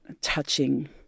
touching